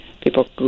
People